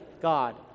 God